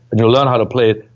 and you'll learn how to play it,